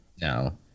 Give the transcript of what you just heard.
No